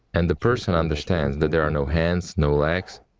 and a person understands that there are no hands, no legs.